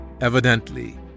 Evidently